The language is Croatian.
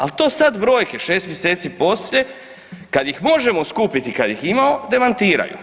Al to sad brojke 6 mjeseci poslije kad ih možemo skupiti, kad ih imamo demantiraju.